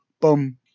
boom